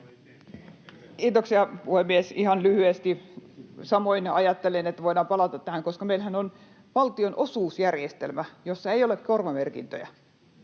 Kiitoksia, puhemies! Ihan lyhyesti: Samoin ajattelin, että voidaan palata tähän, koska meillähän on valtionosuusjärjestelmä, jossa ei ole korvamerkintöjä.